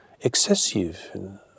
excessive